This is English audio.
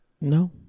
no